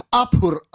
apur